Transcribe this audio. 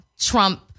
Trump